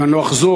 אני לא אחזור,